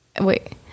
wait